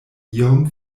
iom